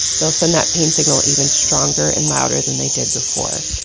they'll send that pain signal even stronger and louder than they did before.